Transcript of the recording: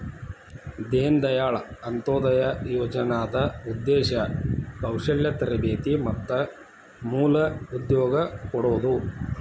ದೇನ ದಾಯಾಳ್ ಅಂತ್ಯೊದಯ ಯೋಜನಾದ್ ಉದ್ದೇಶ ಕೌಶಲ್ಯ ತರಬೇತಿ ಮತ್ತ ಮೂಲ ಉದ್ಯೋಗ ಕೊಡೋದು